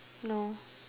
no